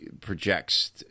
projects